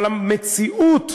אבל המציאות,